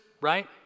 right